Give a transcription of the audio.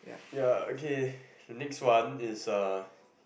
ya okay the next one is uh